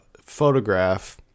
photograph